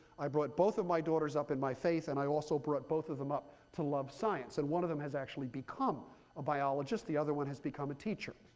i brought both of my daughter's up in my faith, and i also brought both of them up to love science. and one of them has actually become a biologist. the other one has become a teacher.